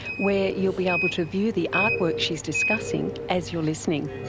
where you'll be able to view the artwork she's discussing as you're listening.